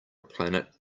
planet